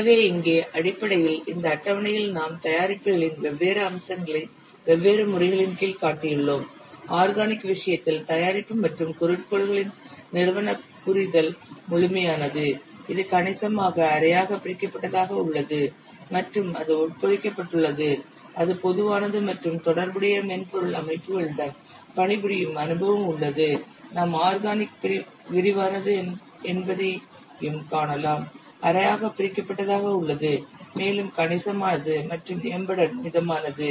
எனவே இங்கே அடிப்படையில் இந்த அட்டவணையில் நாம் தயாரிப்புகளின் வெவ்வேறு அம்சங்களை வெவ்வேறு முறைகளின் கீழ்க் காட்டியுள்ளோம் ஆர்கானிக் விஷயத்தில் தயாரிப்பு மற்றும் குறிக்கோள்களின் நிறுவன புரிதல் முழுமையானது இது கணிசமாக அரையாக பிரிக்கப்பட்டதாக உள்ளது மற்றும் அது உட்பொதிக்கப்பட்டுள்ளது அது பொதுவானது மற்றும் தொடர்புடைய மென்பொருள் அமைப்புகளுடன் பணிபுரியும் அனுபவம் உள்ளது நாம் ஆர்கானிக் விரிவானது என்பதையும் காணலாம் அரையாக பிரிக்கப்பட்டதாக உள்ளது மேலும் கணிசமானது மற்றும் எம்பெடெட் மிதமானது